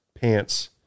pants